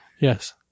Yes